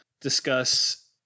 discuss